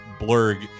Blurg